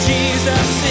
Jesus